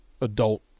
adult